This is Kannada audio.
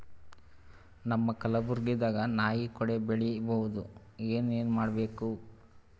ನಮ್ಮ ಕಲಬುರ್ಗಿ ದಾಗ ನಾಯಿ ಕೊಡೆ ಬೆಳಿ ಬಹುದಾ, ಏನ ಏನ್ ಮಾಡಬೇಕು?